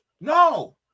No